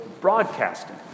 broadcasting